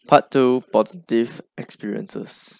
part two positive experiences